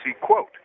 quote